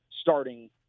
starting